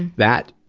that,